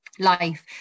life